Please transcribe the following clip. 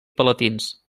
palatins